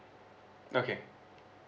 okay